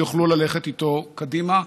שיוכלו ללכת איתו קדימה.